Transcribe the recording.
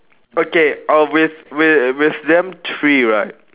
okay uh with with with them three right